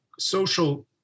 social